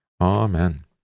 Amen